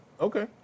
okay